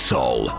Soul